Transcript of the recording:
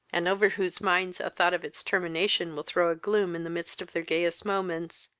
and over whose minds a thought of its termination will throw a gloom in the midst of their gayest moments,